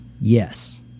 Yes